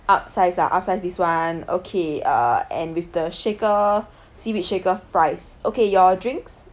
upsize ah upsize this one okay uh and with the shaker seaweed shaker fries okay your drinks